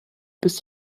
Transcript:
bis